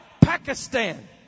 Pakistan